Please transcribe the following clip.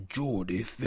Geordie